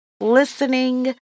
listening